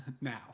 now